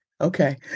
Okay